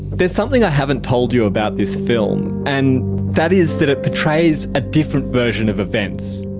there's something i haven't told you about this film and that is that it portrays a different version of events,